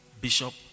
Bishop